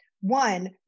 One